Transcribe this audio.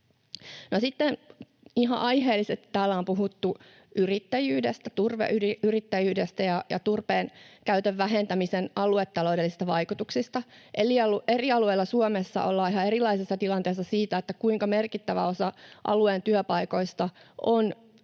sitten ihan aiheellisesti täällä on puhuttu turveyrittäjyydestä ja turpeen käytön vähentämisen aluetaloudellisista vaikutuksista. Eri alueilla Suomessa ollaan ihan erilaisissa tilanteissa siinä, kuinka merkittävä osa alueen työpaikoista on